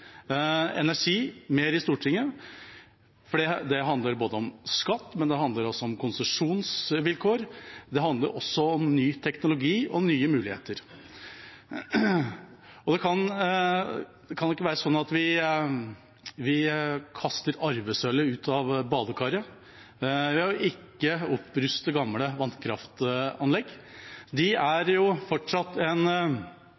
handler både om skatt og konsesjonsvilkår og om ny teknologi og nye muligheter. Det kan ikke være sånn at vi kaster arvesølvet ut av badekaret ved ikke å oppruste gamle vannkraftanlegg. De er